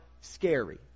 scary